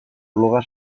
bloga